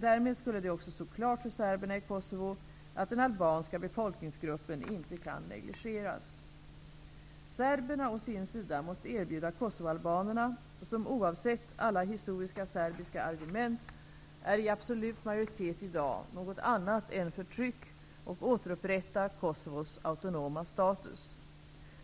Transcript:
Därmed skulle det också stå klart för serberna i Kosovo att den albanska befolkningsgruppen inte kan negligeras. Serberna å sin sida måste erbjuda kosovoalbanerna, som oavsett alla historiska serbiska argument är i absolut majoritet i dag, något annat än förtryck och återupprätta Kosovos autonoma status.